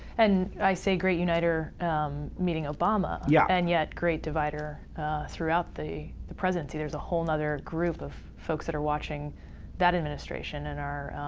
and i say great uniter meaning obama, yeah and yet great divider throughout the the presidency. there's a whole nother group of folks that are watching that administration. and